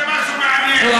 אני רוצה משהו מעניין.